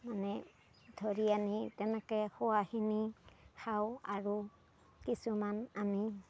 মানে ধৰি আনি তেনেকৈ খোৱাখিনি খাওঁ আৰু কিছুমান আমি